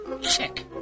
Check